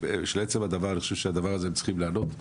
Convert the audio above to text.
אני חושב שהם צריכים לענות עליו.